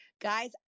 Guys